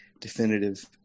definitive